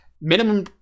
Minimum